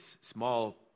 small